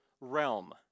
realm